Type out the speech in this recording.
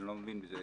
אני לא מבין בזה,